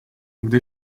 gdy